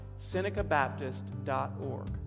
SenecaBaptist.org